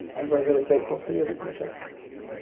and we're really grateful for your listenership